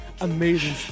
Amazing